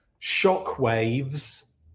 shockwaves